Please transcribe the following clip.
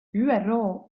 üro